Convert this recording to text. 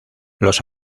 los